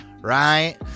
right